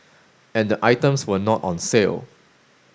and the items were not on sale